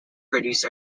produced